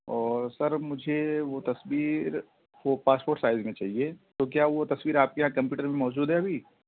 اور سر مجھے وہ تصبیر وہ پاسپوٹ سائز میں چاہیے تو کیا وہ تصویر آپ کے یہاں کمپیٹر میں موجود ہے ابھی